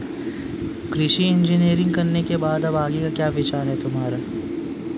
कृषि इंजीनियरिंग करने के बाद अब आगे का क्या विचार है तुम्हारा?